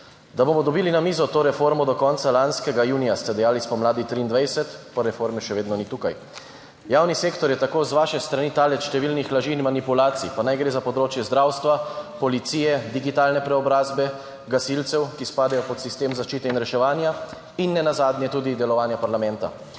Da bomo dobili na mizo to reformo do konca lanskega junija, ste dejali spomladi 2023, pa reforme še vedno ni tukaj. Javni sektor je tako z vaše strani talec številnih laži in manipulacij, pa naj gre za področje zdravstva, policije, digitalne preobrazbe, gasilcev, ki spadajo pod sistem zaščite in reševanja, in nenazadnje tudi delovanje parlamenta.